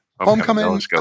Homecoming